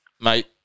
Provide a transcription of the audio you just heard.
mate